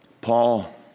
Paul